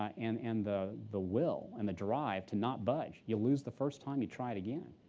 ah and and the the will and the drive to not budge. you lose the first time. you try it again.